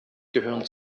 gehören